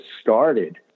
started